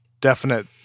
definite